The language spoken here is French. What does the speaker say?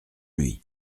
lui